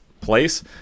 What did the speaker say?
place